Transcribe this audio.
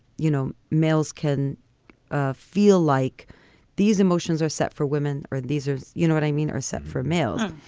you know, males can ah feel like these emotions are set for women or these are you know what i mean? or set for males.